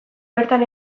bertan